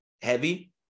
heavy